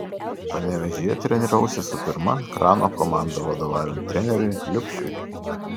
panevėžyje treniravausi su pirma ekrano komanda vadovaujant treneriui liubšiui